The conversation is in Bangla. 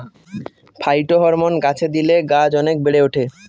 ফাইটোহরমোন গাছে দিলে গাছ অনেক বেড়ে ওঠে